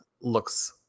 looks